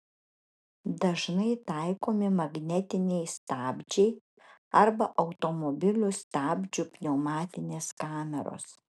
dažnai taikomi magnetiniai stabdžiai arba automobilių stabdžių pneumatinės kameros